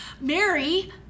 Mary